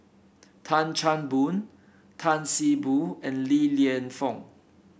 Tan Chan Boon Tan See Boo and Li Lienfung